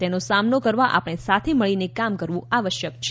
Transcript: તેનો સામનો કરવા આપણે સાથે મળીને કામ કરવું આવશ્યક છે